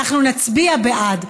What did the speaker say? אנחנו נצביע בעד,